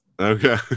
Okay